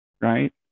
right